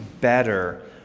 better